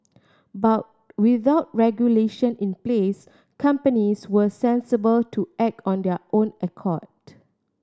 but without regulation in place companies were sensible to act on their own accord